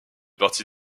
partie